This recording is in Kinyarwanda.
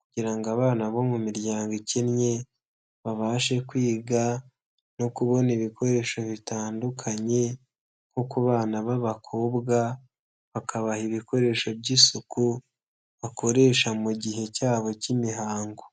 kugira ngo abana bo mu miryango ikennye babashe kwiga no kubona ibikoresho bitandukanye nko ku bana b'abakobwa bakabaha ibikoresho by'isuku bakoresha mu gihe cyabo cy'imihango.